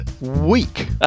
week